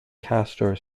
castor